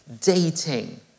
dating